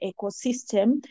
ecosystem